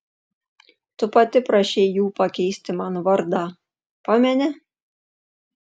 tu pati prašei jų pakeisti man vardą pameni